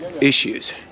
issues